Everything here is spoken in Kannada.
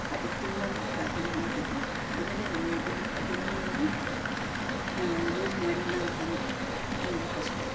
ಅದಕ್ಕೆ ತುಂಬನೇ ಪ್ರಾಬ್ಲಮ್ಮಾಗಿದೆ ಆಮೇಲೆ ಇದು ಅದನ್ನೂ ಯೂಸ್ ಮಾಡಿಲ್ಲ ಅಂತಂದರೆ ತುಂಬ ಕಷ್ಟ